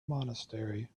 monastery